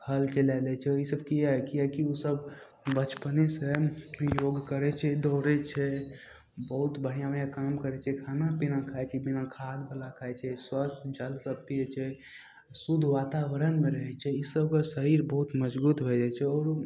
हल चला लै छै ईसब किएक किेएक कि उसब बचपनेसँ योग करय छै दौड़य छै बहुत बढ़िआँ बढ़िआँ काम करय छै खाना पीना खाइ छै बिना खादवला खाइ छै स्वस्थ जल सब पीयै छै शुद्ध वातावरणमे रहय छै ईसबके शरीर बहुत मजबूत होइ जाइ छै आओर